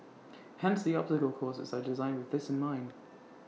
hence the obstacle courses are designed with this in mind